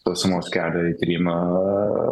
sausumos kelio į krymą